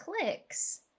clicks